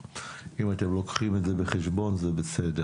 אז אם אתם לוקחים את זה בחשבון, זה בסדר.